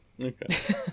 Okay